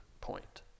point